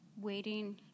Waiting